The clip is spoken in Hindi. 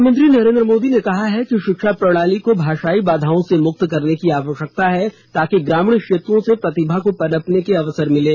प्रधानमंत्री नरेन्द्र मोदी ने कहा है कि शिक्षा प्रणाली को भाषाई बाधाओं से मुक्त करने की आवश्यकता है ताकि ग्रामीण क्षेत्रों से प्रतिभा को पनपने के अवसर मिले